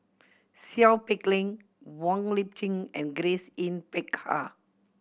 Seow Peck Leng Wong Lip Chin and Grace Yin Peck Ha